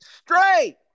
straight